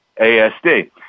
ASD